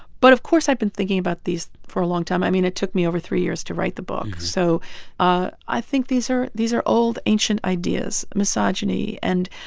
but of course i've been thinking about these for a long time. i mean, it took me over three years to write the book. so ah i think these are these are old, ancient ideas misogyny and